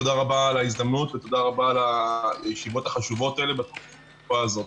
תודה רבה על ההזדמנות ועל הישיבות החשובות האלה בתקופה הזו.